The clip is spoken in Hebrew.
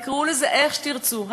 תקראו לזה איך שתרצו,